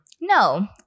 No